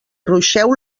ruixeu